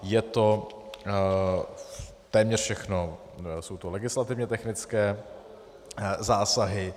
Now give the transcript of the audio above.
Je to... téměř všechno jsou to legislativně technické zásahy.